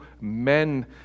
men